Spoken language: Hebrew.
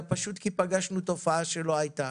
הייתה,